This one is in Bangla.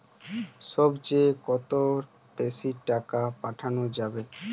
সব চেয়ে কত বেশি টাকা পাঠানো যাবে?